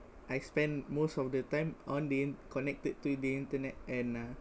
I spend most of the time on the connected to the internet and uh